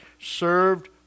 served